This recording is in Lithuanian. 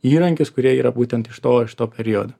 įrankius kurie yra būtent iš to iš to periodo